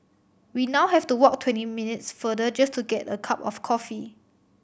we now have to walk twenty minutes further just to get a cup of coffee